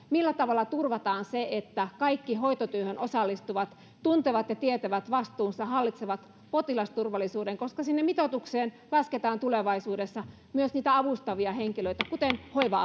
millä tavalla turvataan se että kaikki hoitotyöhön osallistuvat tuntevat ja tietävät vastuunsa ja hallitsevat potilasturvallisuuden koska sinne mitoitukseen lasketaan tulevaisuudessa myös niitä avustavia henkilöitä kuten hoiva